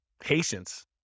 Patience